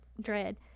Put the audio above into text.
dread